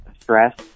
stress